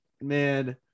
man